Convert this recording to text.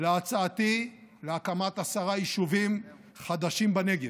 להצעתי להקמת עשרה יישובים חדשים בנגב.